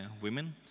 women